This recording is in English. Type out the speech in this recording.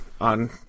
on